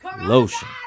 lotion